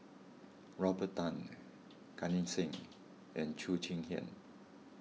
Robert Tan Gan Eng Seng and Cheo Chai Hiang